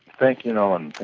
thank you. know and